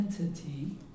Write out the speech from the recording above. entity